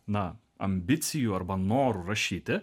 na ambicijų arba noro rašyti